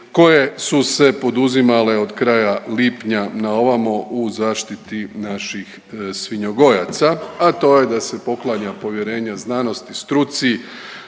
koje su se poduzimale od kraja lipnja na ovamo u zaštiti naših svinjogojaca, a to je da se poklanja povjerenje znanosti, struci,